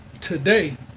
today